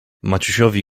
maciusiowi